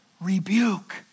rebuke